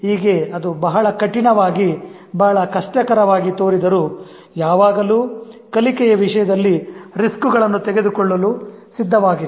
ಹೀಗೆ ಅದು ಬಹಳ ಕಠಿಣವಾಗಿಬಹಳ ಕಷ್ಟಕರವಾಗಿ ತೋರಿದರೂ ಯಾವಾಗಲೂ ಕಲಿಕೆಯ ವಿಷಯದಲ್ಲಿ ರಿಸ್ಕ್ ಗಳನ್ನು ತೆಗೆದುಕೊಳ್ಳಲು ಸಿದ್ಧವಾಗಿರಿ